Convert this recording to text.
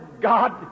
God